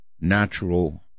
natural